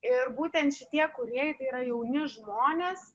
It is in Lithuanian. ir būtent šitie kūrėjai tai yra jauni žmonės